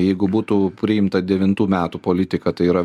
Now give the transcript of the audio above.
jeigu būtų priimta devintų metų politika tai yra